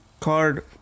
card